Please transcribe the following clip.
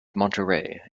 monterey